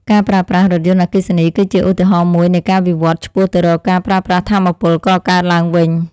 ការប្រើប្រាស់រថយន្តអគ្គិសនី គឺជាឧទាហរណ៍មួយនៃការវិវត្តន៍ឆ្ពោះទៅរកការប្រើប្រាស់ថាមពលកកើតឡើងវិញ។